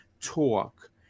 talk